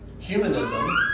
Humanism